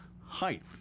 height